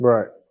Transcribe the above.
Right